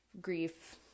grief